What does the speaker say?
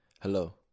Hello